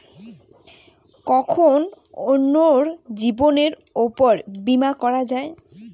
কখন অন্যের জীবনের উপর বীমা করা যায়?